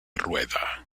rueda